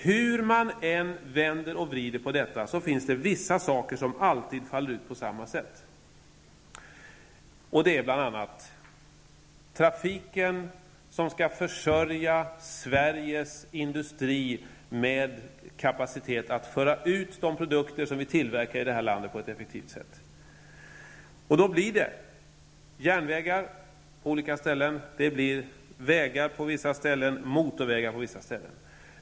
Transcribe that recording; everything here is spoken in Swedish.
Hur man än vänder och vrider på detta finns det vissa saker som alltid faller ut på samma sätt. Det gäller bl.a. trafiken som skall försörja Sveriges industri med kapacitet för att på ett effektivt sätt kunna föra ut de produkter som tillverkas. Då blir det järnvägar på olika ställen, det blir vägar på vissa ställen, motorvägar på vissa ställen.